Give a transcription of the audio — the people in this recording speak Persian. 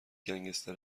گنگستر